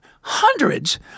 hundreds